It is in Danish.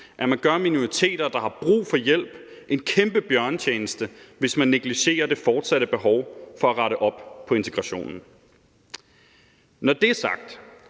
at man gør minoriteter, der har brug for hjælp, en kæmpe bjørnetjeneste, hvis man negligerer det fortsatte behov for at rette op på integrationen. Når det er sagt,